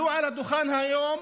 עלו על הדוכן היום